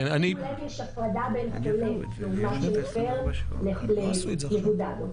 כעת יש הפרדה בין חולה שמפר לבין מבודד.